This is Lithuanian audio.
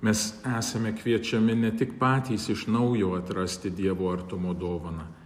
mes esame kviečiami ne tik patys iš naujo atrasti dievo artumo dovaną